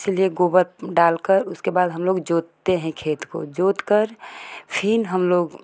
इसलिए गोबर डाल कर उसके बाद हम लोग जोतते हैं खेत को जोत कर फिर हम लोग